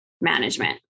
management